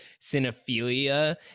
cinephilia